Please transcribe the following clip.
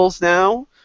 now